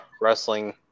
wrestling